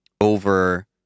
over